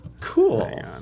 Cool